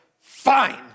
fine